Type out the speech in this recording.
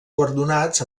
guardonats